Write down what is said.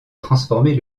transformer